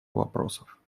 вопросов